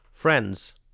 Friends